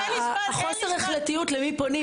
חוסר ההחלטיות למי פונים,